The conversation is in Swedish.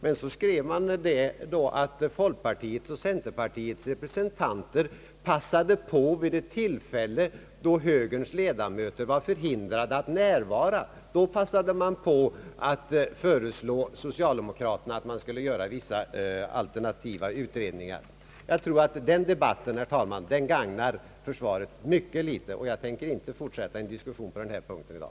Men så skrev tidningen, att då passade folkpartiets och centerpartiets representanter på att vid ett tillfälle, när högerns representanter var förhindrade att närvara, föreslå socialdemokraterna vissa alternativa utredningar. Jag tror, herr talman, att den debatten gagnar försvaret ytterst litet, och jag tänker inte fortsätta en diskussion på den här punkten i dag.